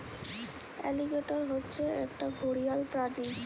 alligator হচ্ছে একটা ঘড়িয়াল প্রাণী